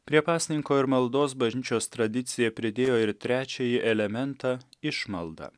prie pasninko ir maldos bažnyčios tradicija pridėjo ir trečiąjį elementą išmaldą